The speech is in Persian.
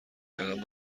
کردن